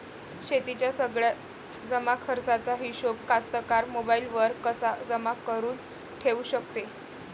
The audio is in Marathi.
शेतीच्या सगळ्या जमाखर्चाचा हिशोब कास्तकार मोबाईलवर कसा जमा करुन ठेऊ शकते?